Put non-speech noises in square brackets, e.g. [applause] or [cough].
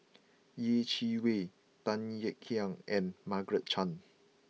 [noise] Yeh Chi Wei Tan Kek Hiang and Margaret Chan